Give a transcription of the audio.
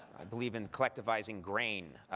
i believe in collectivizing grain.